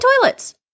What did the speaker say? toilets